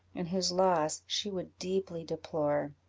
and whose loss she would deeply deplore.